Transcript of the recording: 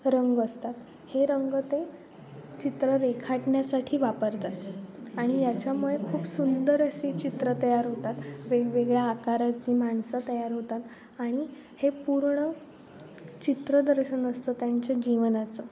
रंग असतात हे रंग ते चित्र रेखाटण्यासाठी वापरतात आणि याच्यामुळे खूप सुंदर असी चित्रं तयार होतात वेगवेगळ्या आकाराची माणसं तयार होतात आणि हे पूर्ण चित्र दर्शन असतं त्यांच्या जीवनाचं